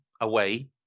away